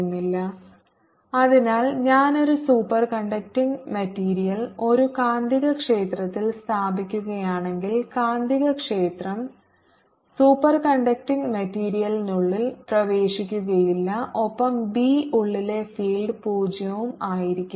Binside0B0HM 0HMH As MχMH 01MH0 χM 1 അതിനാൽ ഞാൻ ഒരു സൂപ്പർകണ്ടക്റ്റിംഗ് മെറ്റീരിയൽ ഒരു കാന്തികക്ഷേത്രത്തിൽ സ്ഥാപിക്കുകയാണെങ്കിൽ കാന്തികക്ഷേത്രം സൂപ്പർകണ്ടക്ടിംഗ് മെറ്റീരിയലിനുള്ളിൽ പ്രവേശിക്കുകയില്ല ഒപ്പം ബി ഉള്ളിലെ ഫീൽഡ് 0 ഉം ആയിരിക്കും